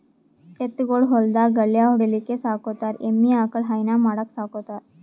ಎತ್ತ್ ಗೊಳ್ ಹೊಲ್ದಾಗ್ ಗಳ್ಯಾ ಹೊಡಿಲಿಕ್ಕ್ ಸಾಕೋತಾರ್ ಎಮ್ಮಿ ಆಕಳ್ ಹೈನಾ ಮಾಡಕ್ಕ್ ಸಾಕೋತಾರ್